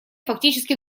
фактически